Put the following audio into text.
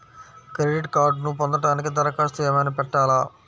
Credit కార్డ్ను పొందటానికి దరఖాస్తు ఏమయినా పెట్టాలా?